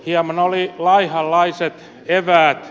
hieman oli laihanlaiset eväät